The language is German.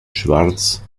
schwarz